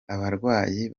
abarwayi